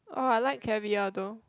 oh I like caviar though